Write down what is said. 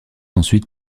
ensuite